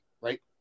right